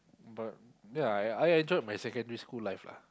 but yea I I I enjoyed my secondary school life lah